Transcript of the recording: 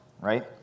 right